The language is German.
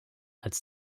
als